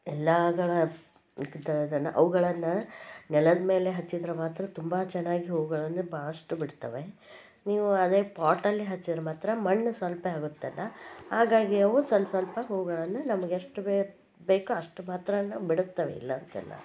ಎಲ್ಲವುಗಳ ಅವುಗಳನ್ನು ನೆಲದಮೇಲೆ ಹಚ್ಚಿದರೆ ಮಾತ್ರ ತುಂಬ ಚೆನ್ನಾಗಿ ಹೂವುಗಳನ್ನು ಪಾಸ್ಟ್ ಬಿಡ್ತವೆ ನೀವು ಅದೇ ಪಾಟಲ್ಲಿ ಹಚ್ಚಿದ್ರ್ ಮಾತ್ರ ಮಣ್ಣು ಸ್ವಲ್ಪವೇ ಆಗುತ್ತಲ್ಲಾ ಹಾಗಾಗಿ ಅವು ಸ್ವಲ್ಪ ಸ್ವಲ್ಪ ಹೂವುಗಳನ್ನ ನಮಗೆಷ್ಟು ಬೇಕು ಬೇಕೋ ಅಷ್ಟು ಮಾತ್ರವೇ ಬಿಡುತ್ತವೆ ಇಲ್ಲಾಂತಲ್ಲ